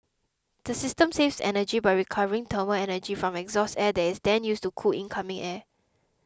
the system saves energy by recovering thermal energy from exhaust air that is then used to cool incoming air